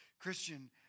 Christian